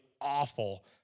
awful